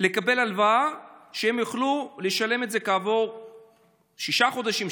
לקבל הלוואה שהם יוכלו לשלם את זה כעבור שישה חודשים,